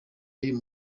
y’uyu